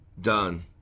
done